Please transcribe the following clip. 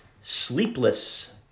sleepless